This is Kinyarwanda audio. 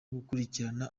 gukurikirana